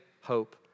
hope